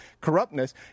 corruptness